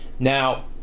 Now